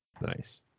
Nice